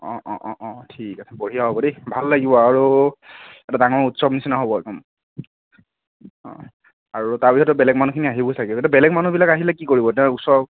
ঠিক আছে বঢ়িয়া হ'ব দেই ভাল লাগিব আৰু এটা ডাঙৰ উৎসৱ নিচিনা হব আৰু আৰু তাৰ পিছত বেলেগ মানুহখিনিও আহিব চাগে তাতে বেলেগ মানুহবিলাক আহিলে কি কৰিব তাৰ ওচৰ